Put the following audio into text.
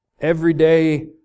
everyday